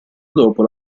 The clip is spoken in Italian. dopo